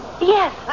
Yes